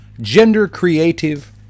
gender-creative